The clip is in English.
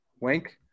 Wink